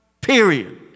period